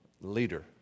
leader